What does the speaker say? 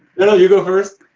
no, no, you go first.